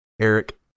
Eric